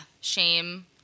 Shame